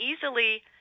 easily